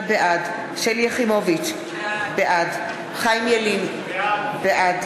בעד שלי יחימוביץ, בעד חיים ילין, בעד